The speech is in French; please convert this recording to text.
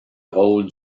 rôle